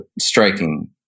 striking